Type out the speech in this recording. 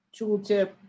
tooltip